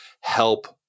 help